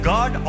God